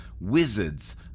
wizards